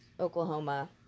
Oklahoma